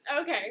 Okay